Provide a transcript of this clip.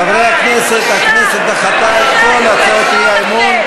חברי הכנסת, הכנסת דחתה את כל הצעות האי-אמון.